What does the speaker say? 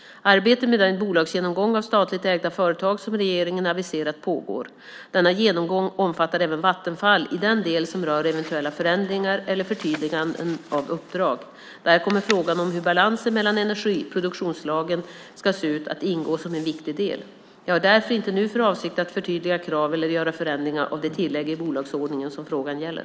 Arbetet med den bolagsgenomgång av statligt ägda företag som regeringen aviserat pågår. Denna genomgång omfattar även Vattenfall i den del som rör eventuella förändringar eller förtydliganden av uppdrag. Där kommer frågan om hur balansen mellan energiproduktionsslagen ska se ut att ingå som en viktig del. Jag har därför inte nu för avsikt att förtydliga krav eller göra förändringar av det tillägg i bolagsordningen som frågan gäller.